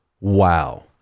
wow